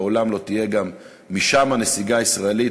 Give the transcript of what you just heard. לעולם לא תהיה גם משם נסיגה ישראלית,